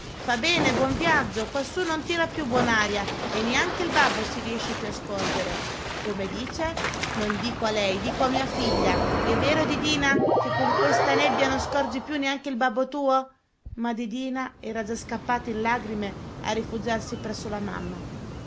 fa bene buon viaggio quassù non tira più buon'aria e neanche il babbo si riesce più a scorgere come dice non dico a lei dico a mia figlia è vero didina che con questa nebbia non scorgi più neanche il babbo tuo ma didina era già scappata in lagrime a rifugiarsi presso la mamma